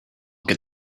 get